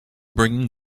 bringing